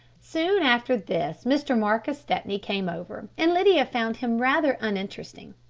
soon after this mr. marcus stepney came over and lydia found him rather uninteresting.